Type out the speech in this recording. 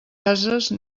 ases